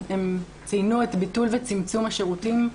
הן ציינו את ביטול וצמצום השירותים.